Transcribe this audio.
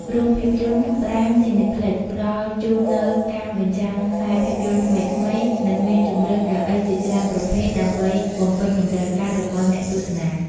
រោងភាពយន្ត ប្រែមស៊ីនេផ្លិច (Prime Cineplex) ផ្តល់ជូននូវការបញ្ចាំងខ្សែភាពយន្តថ្មីៗ និងមានជម្រើសកៅអីជាច្រើនប្រភេទដើម្បីបំពេញតម្រូវការរបស់អ្នកទស្សនា។